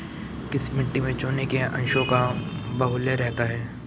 किस मिट्टी में चूने के अंशों का बाहुल्य रहता है?